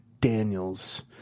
Daniels